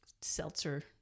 seltzer